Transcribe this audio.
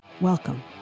Welcome